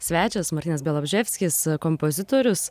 svečias martynas bialobžeskis kompozitorius